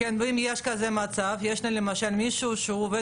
ושהצרכן הישראלי משלם כשמונה מיליארד